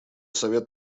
совет